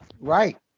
Right